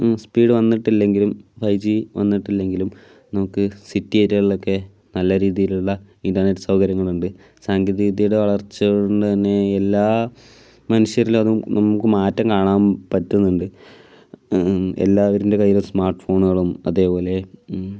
speed വന്നിട്ടില്ലെങ്കിലും five G വന്നിട്ടില്ലെങ്കിലും നമുക്ക് സിറ്റി ഏരിയകളിലൊക്കെ നല്ലരീതിയിലുള്ള ഇന്റർനെറ്റ് സൗകര്യങ്ങളുണ്ട് സാങ്കേതികവിദ്യയുടെ വളർച്ച കൊണ്ട് തന്നെ എല്ലാ മനുഷ്യരിലും അത് നമുക്ക് മാറ്റം കാണാൻ പറ്റുന്നുണ്ട് എല്ലാവരിന്റെ കയ്യിലും സ്മാർട് ഫോണുകളും അതേപോലെ